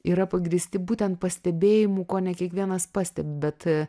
yra pagrįsti būtent pastebėjimu kone kiekvienas pastebi bet